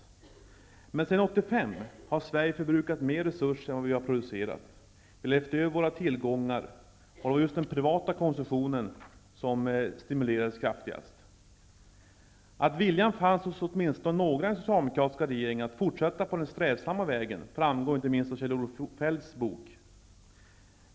Men sedan 1985 har Sverige förbrukat mer resurser än vad landet har producerat. Vi har levt över våra tillgångar. Och det var den privata konsumtionen som stimulerades kraftigast. Att viljan fanns hos åtminstone några i den socialdemokratiska regeringen att fortsätta på den strävsamma vägen framgår inte minst av Kjell-Olof Feldts bok.